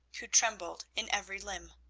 who trembled in every limb.